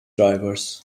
drivers